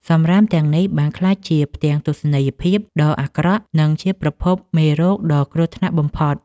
សម្រាមទាំងនេះបានក្លាយជាផ្ទាំងទស្សនីយភាពដ៏អាក្រក់ និងជាប្រភពមេរោគដ៏គ្រោះថ្នាក់បំផុត។